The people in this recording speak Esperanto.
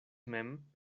mem